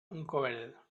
uncovered